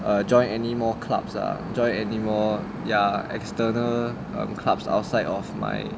err joined any more clubs ah joined anymore ya external clubs outside of my